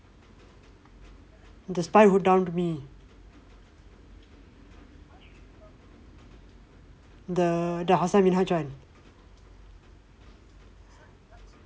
the spy who dumped me the the hasan minhaj one